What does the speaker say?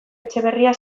etxeberria